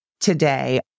today